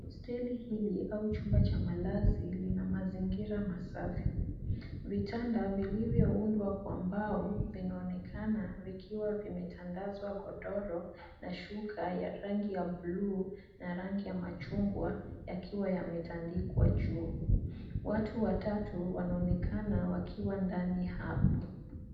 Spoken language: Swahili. Hosteli hili au chumba cha malazi lina mazingira masafi . Vitanda vilivyoundwa kwa mbao vinaonekana vikiwa vimetandazwa godoro na shuka ya rangi ya bluu na rangi ya machungwa yakiwa yametandikwa juu. Watu watatu wanaonekana wakiwa ndani hapo.